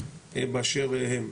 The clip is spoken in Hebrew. באשר הם.